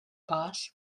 boss